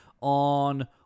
on